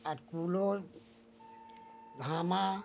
আর কুলো ধামা